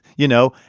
you know,